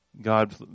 God